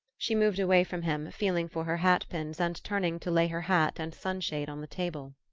she moved away from him, feeling for her hatpins and turning to lay her hat and sunshade on the table.